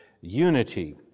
unity